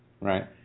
Right